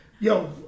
Yo